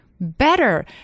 Better